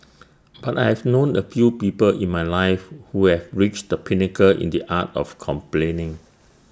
but I have known A few people in my life who have reached the pinnacle in the art of complaining